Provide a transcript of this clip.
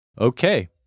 Okay